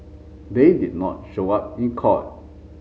they did not show up in court